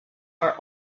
are